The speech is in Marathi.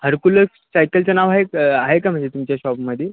हर्कुलस सायकलचं नाव आहेत आहे का म्हणजे तुमच्या शॉपमध्ये